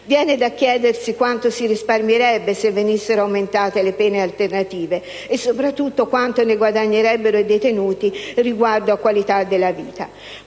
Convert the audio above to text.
Viene da chiedersi: quanto si risparmierebbe se venissero aumentate le pene alternative? E, soprattutto, quanto ne guadagnerebbero i detenuti in termini di qualità della vita?